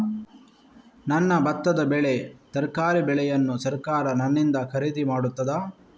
ನನ್ನ ಭತ್ತದ ಬೆಳೆ, ತರಕಾರಿ ಬೆಳೆಯನ್ನು ಸರಕಾರ ನನ್ನಿಂದ ಖರೀದಿ ಮಾಡುತ್ತದಾ?